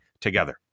together